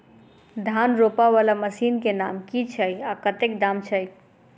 धान रोपा वला मशीन केँ नाम की छैय आ कतेक दाम छैय?